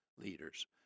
leaders